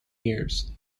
years